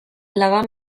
laban